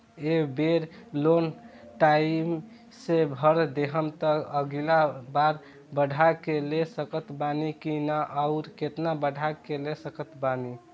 ए बेर loan time से भर देहम त अगिला बार बढ़ा के ले सकत बानी की न आउर केतना बढ़ा के ले सकत बानी?